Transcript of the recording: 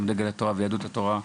גם דגל התורה ויהדות התורה,